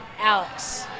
Alex